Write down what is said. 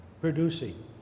producing